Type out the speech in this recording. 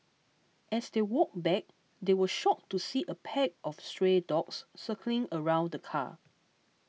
as they walked back they were shocked to see a pack of stray dogs circling around the car